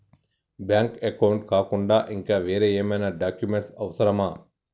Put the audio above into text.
Bank account కాకుండా ఇంకా వేరే ఏమైనా డాక్యుమెంట్స్ అవసరమా?